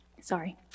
sorry